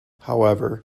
however